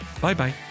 Bye-bye